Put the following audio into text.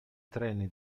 treni